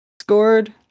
scored